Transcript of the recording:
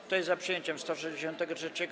Kto jest za przyjęciem 163.